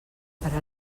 per